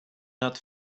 not